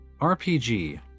RPG